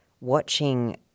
watching